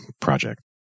project